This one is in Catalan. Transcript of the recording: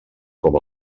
com